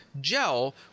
gel